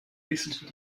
ist